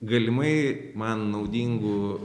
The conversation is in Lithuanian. galimai man naudingų